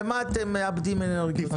למה אתם סתם מאבדים אנרגיות?